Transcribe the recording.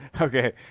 Okay